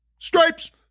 Stripes